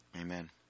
Amen